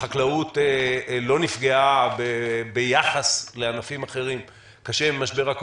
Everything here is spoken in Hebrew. לא נפגעה קשה ממשבר הקורונה ביחס לענפים אחרים,